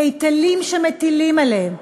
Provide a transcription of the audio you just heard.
היטלים שמטילים עליהם,